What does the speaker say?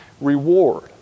reward